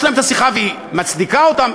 יש להם את השיחה והיא מצדיקה אותם,